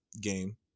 game